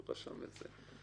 הוא רשם את זה.